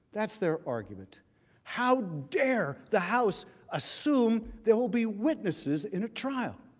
that's they're argument how dear the house assume there will be witnesses and a trial.